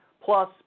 plus